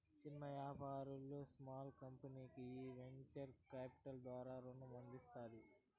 చిన్న యాపారాలు, స్పాల్ కంపెనీల్కి ఈ వెంచర్ కాపిటల్ ద్వారా రునం అందుతాది